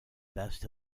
best